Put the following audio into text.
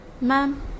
Ma'am